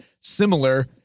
similar